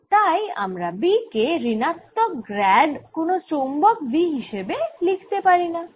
আর তাই আমরা B কে ঋণাত্মক গ্র্যাড কোন চৌম্বক V হিসেবে লিখতে পারিনা